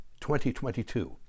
2022